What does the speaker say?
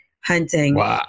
Hunting